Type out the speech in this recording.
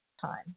time